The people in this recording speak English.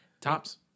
Tops